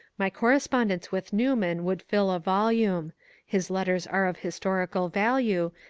my correspondence with newman would fill a volume his letters are of historical value,